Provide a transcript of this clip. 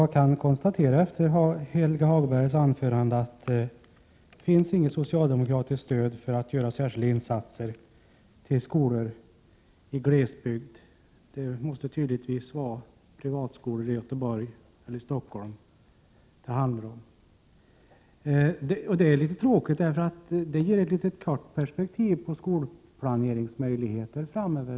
Herr talman! Efter Helge Hagbergs anförande kan jag konstatera att det inte finns något socialdemokratiskt stöd för att göra särskilda insatser för skolor i glesbygd — det skall tydligen handla om privatskolor i Göteborg eller Stockholm. Det är litet tråkigt, för det innebär att man har ett kort perspektiv på skolplaneringsmöjligheterna framöver.